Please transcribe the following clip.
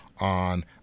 on